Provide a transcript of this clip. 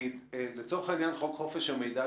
לצורך העניין חוק חופש המידע,